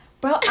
bro